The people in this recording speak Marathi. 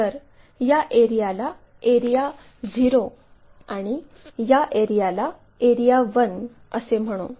तर या एरियाला एरिया Zero आणि या एरियाला एरिया 1 असे म्हणू